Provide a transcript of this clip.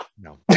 No